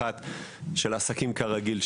אחת של עסקים כרגיל,